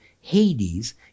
Hades